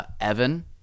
Evan